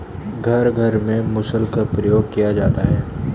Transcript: घर घर में मुसल का प्रयोग किया जाता है